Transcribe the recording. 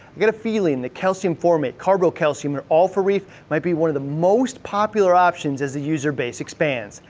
got a feeling that calcium formate, carbocalcium and all-for-reef might be one of the most popular options as the user base expands.